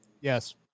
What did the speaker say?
yes